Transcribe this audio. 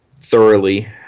thoroughly